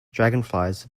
dragonflies